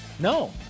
No